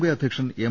K അധ്യക്ഷൻ M